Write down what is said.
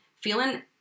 feeling